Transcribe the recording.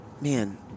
Man